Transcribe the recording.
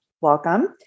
welcome